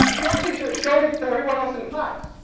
he actually showed it to everyone else in class.